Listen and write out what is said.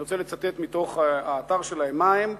אני רוצה לצטט מתוך האתר שלהם מה הם: